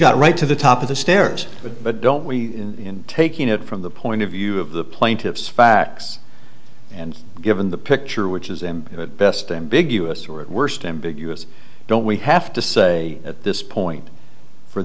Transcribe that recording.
got right to the top of the stairs but don't we in taking it from the point of view of the plaintiff's facts and given the picture which is am at best ambiguous or at worst ambiguous don't we have to say at this point for